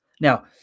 Now